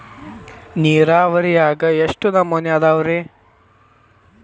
ನೇರಾವರಿಯಾಗ ಎಷ್ಟ ನಮೂನಿ ಅದಾವ್ರೇ?